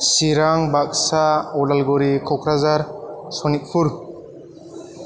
Chirang Baksa Udalguri Kokrajhar Sonitpur